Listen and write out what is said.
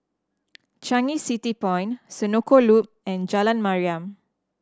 Changi City Point Senoko Loop and Jalan Mariam